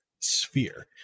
sphere